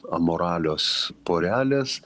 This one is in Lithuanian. amoralios porelės